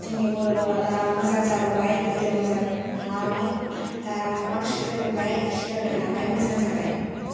जोंनि बर' रावआ दा मोजां जाबोबाय गोदो मोजां नङामोन दा गोबां सुद्रायबोबाय सुद्रायबोनो हाबाय मोजां जाबाय